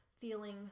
feeling